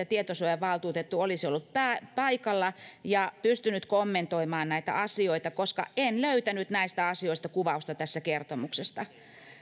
tietosuojavaltuutettu olisi ollut paikalla ja pystynyt kommentoimaan näitä asioita koska en löytänyt näistä asioista kuvausta tästä kertomuksesta